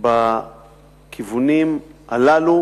בכיוונים הללו